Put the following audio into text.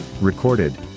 recorded